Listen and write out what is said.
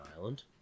island